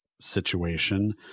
situation